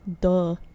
Duh